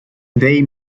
they